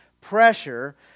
pressure